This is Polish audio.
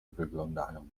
wyglądają